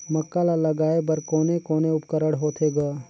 मक्का ला लगाय बर कोने कोने उपकरण होथे ग?